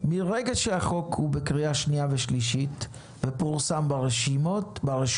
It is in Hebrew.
מרגע שהחוק הוא בקריאה שנייה ושלישית ופורסם ברשומות,